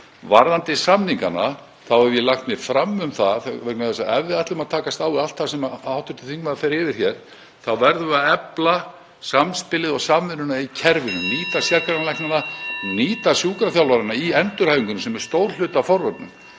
Varðandi samningana þá hef ég lagt mig fram um það — vegna þess að ef við ætlum að takast á við allt það sem hv. þingmaður fer yfir hér þá verðum við að efla samspilið og samvinnuna í kerfinu, (Forseti hringir.) nýta sérgreinalæknana, nýta sjúkraþjálfarana í endurhæfingunni, sem er stór hluti af forvörnum.